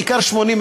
בעיקר 80,